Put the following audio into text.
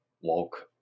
walk